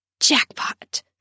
jackpot